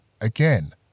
Again